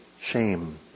shame